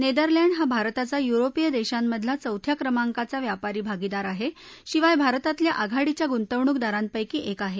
Netherland हा भारताचा युरोपीय देशांमधला चौथ्या क्रमांकाचा व्यापारी भागिदार आहे शिवाय भारतातल्या आघाडीच्या गुंतवणूकदारांपैकी एक आहे